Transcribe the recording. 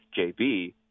JB